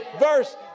verse